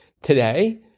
Today